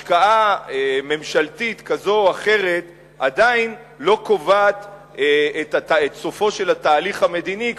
השקעה ממשלתית כזו או אחרת עדיין לא קובעת את סופו של התהליך המדיני.